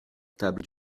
table